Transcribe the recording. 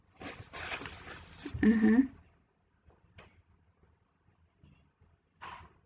mmhmm